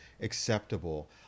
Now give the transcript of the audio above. acceptable